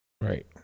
Right